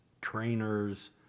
trainers